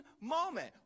moment